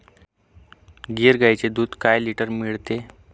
गीर गाईचे दूध काय लिटर मिळते?